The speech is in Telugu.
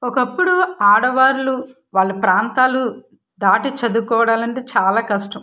ఒకప్పుడు ఆడవాళ్ళు వాళ్ళ ప్రాంతాలు దాటి చదువుకోవాలంటే చాలా కష్టం